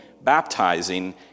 baptizing